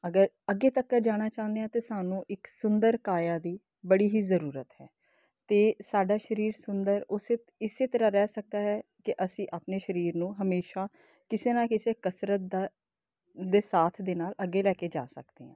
ਅਗਰ ਅੱਗੇ ਤੱਕ ਜਾਣਾ ਚਾਹੁੰਦੇ ਹਾਂ ਤਾਂ ਸਾਨੂੰ ਇੱਕ ਸੁੰਦਰ ਕਾਇਆ ਦੀ ਬੜੀ ਹੀ ਜ਼ਰੂਰੀ ਹੈ ਅਤੇ ਸਾਡਾ ਸਰੀਰ ਸੁੰਦਰ ਉਸ ਇਸ ਤਰ੍ਹਾਂ ਰਹਿ ਸਕਦਾ ਹੈ ਕਿ ਅਸੀਂ ਆਪਣੇ ਸਰੀਰ ਨੂੰ ਹਮੇਸ਼ਾ ਕਿਸੇ ਨਾ ਕਿਸੇ ਕਸਰਤ ਦਾ ਦੇ ਸਾਥ ਦੇ ਨਾਲ ਅੱਗੇ ਲੈ ਕੇ ਜਾ ਸਕਦੇ ਹਾਂ